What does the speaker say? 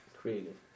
Creative